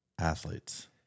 athletes